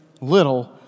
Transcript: little